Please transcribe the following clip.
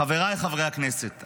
חבריי חברי הכנסת,